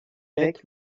weg